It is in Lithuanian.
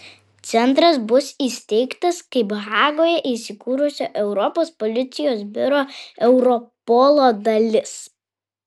centras bus įsteigtas kaip hagoje įsikūrusio europos policijos biuro europolo dalis